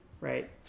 right